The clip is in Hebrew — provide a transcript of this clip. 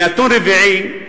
נתון רביעי,